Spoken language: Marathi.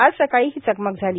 आज सकाळी ही चकमक झाली